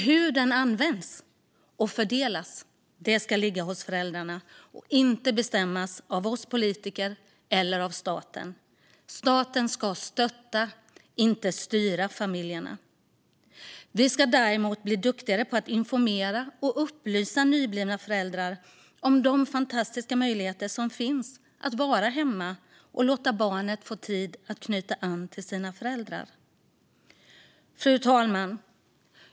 Hur den används och fördelas ska dock ligga hos föräldrarna och inte bestämmas av oss politiker eller av staten. Staten ska stötta familjerna - inte styra dem. Staten ska däremot bli duktigare på att informera och upplysa nyblivna föräldrar om de fantastiska möjligheter som finns att vara hemma och låta barnet få tid att knyta an till sina föräldrar. Fru talman!